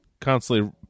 constantly